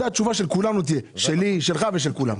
זאת תהיה התשובה של כולנו שלי, שלך ושל כולם.